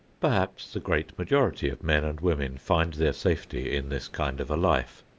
perhaps the great majority of men and women find their safety in this kind of a life.